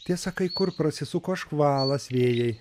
tiesa kai kur prasisuko škvalas vėjai